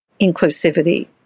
inclusivity